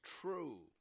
true